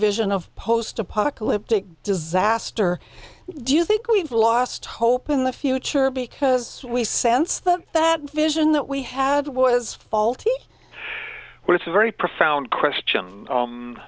vision of a post apocalyptic disaster do you think we've lost hope in the future because we sense that that vision that we had was faulty but it's a very profound question